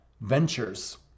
ventures